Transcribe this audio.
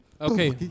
Okay